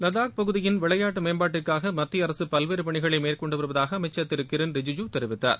லடாக் பகுதியின் விளையாட்டு மேம்பாட்டுக்காக மத்திய அரசு பல்வேறு பணிகளை மேற்னெண்டு வருவதாக அமைச்சர் திரு கிரண் ரிஜிஜ்ம தெரிவித்தார்